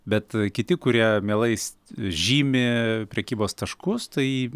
bet kiti kurie mielai žymi prekybos taškus tai